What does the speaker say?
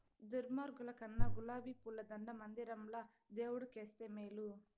దుర్మార్గుల కన్నా గులాబీ పూల దండ మందిరంల దేవుడు కేస్తే మేలు